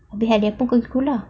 abeh hari apa go sekolah